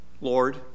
Lord